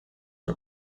are